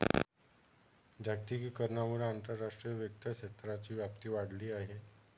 जागतिकीकरणामुळे आंतरराष्ट्रीय वित्त क्षेत्राची व्याप्ती वाढली आहे